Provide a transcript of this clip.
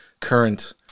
Current